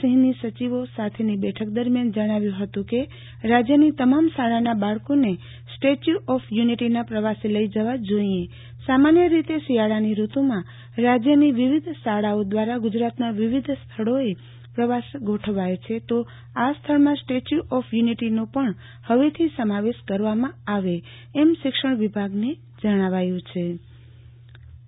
સિંહની સચિવો સાથેની બેઠક દરમ્યાન જણાવ્યુ હતું કે રાજયની તમામ શાળાના બાળકોને સ્ટેચ્યુ ઓફ યુનિટીના પ્રવાસે લઈ જવા જોઈએ સામાન્ય રીતે શિયાળાની રૂતુમાં રાજયની વિવિધ શાળાઓ દ્રારા ગુજરાતના વિવિધ સ્થળોએ પ્રવાસ ગોઠવાય છે તો આ સ્થળમાં સ્ટેચ્યુ ઓફ યુનિટીનો પણ ફવેથી સમાવેશ કરવામાં આવે એમ શિક્ષણ વિભાગને જણાવ્યુ હિં આરતીબેન ભદ્દ કચ્છ યુનિ